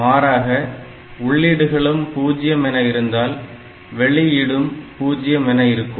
மாறாக உள்ளீடுகளும் 0 என இருந்தால் வெளியீடும் 0 என இருக்கும்